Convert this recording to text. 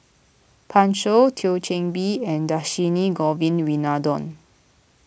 Pan Shou Thio Chan Bee and Dhershini Govin Winodan